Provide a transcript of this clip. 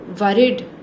worried